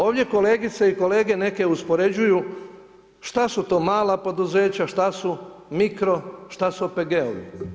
Ovdje kolegice i kolege neke uspoređuju što su to mala poduzeća, što su mikro, što su OPG-ovi.